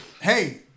hey